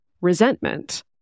resentment